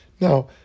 Now